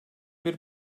bir